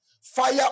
Fire